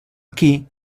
aquí